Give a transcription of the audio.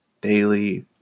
daily